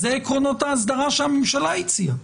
אלה עקרונות האסדרה שהממשלה הציעה,